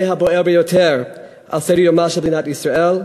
הבוער ביותר על סדר-יומה של מדינת ישראל.